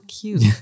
cute